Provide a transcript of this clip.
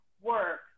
work